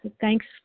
Thanks